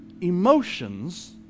emotions